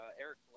Eric